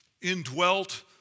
indwelt